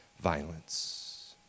violence